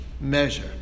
measure